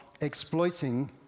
exploiting